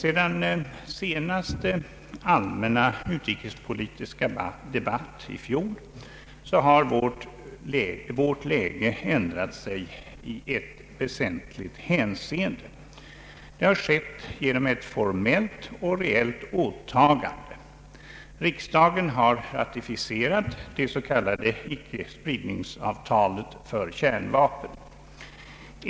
Efter senaste allmänna utrikespolitiska debatt i fjol har vårt läge ändrat sig i ett väsentligt hänseende. Det har skett genom ett formellt och reellt åtagande. Riksdagen har ratificerat det s.k. ickespridningsavtalet för kärnvapen.